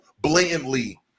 blatantly